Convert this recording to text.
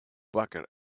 bucket